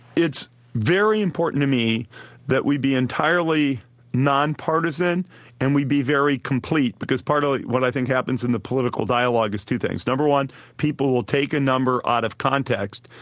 it's very important to me that we be entirely nonpartisan and we be very complete, because part of what i think happens in the political dialogue is two things. no. one, people will take a number out of context,